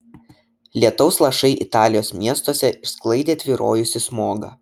lietaus lašai italijos miestuose išsklaidė tvyrojusį smogą